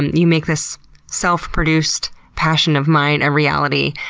you make this self-produced passion of mine a reality.